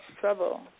trouble